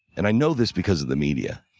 and i know this because of the media.